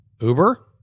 Uber